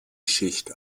schicht